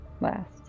last